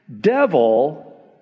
devil